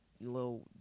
Little